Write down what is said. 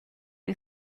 you